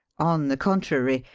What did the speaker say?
on the contrary,